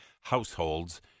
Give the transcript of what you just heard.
households